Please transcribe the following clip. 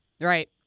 Right